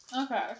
Okay